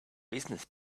business